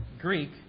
Greek